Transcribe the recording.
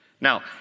Now